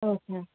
okay